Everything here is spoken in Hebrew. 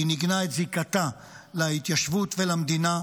היא ניגנה את זיקתה להתיישבות ולמדינה,